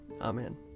Amen